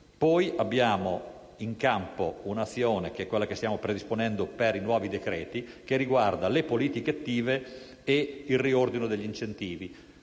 poi messo in campo un'azione, che è quella che stiamo predisponendo per i nuovi decreti, che riguarda le politiche attive ed il riordino degli incentivi.